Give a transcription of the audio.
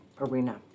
arena